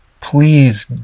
please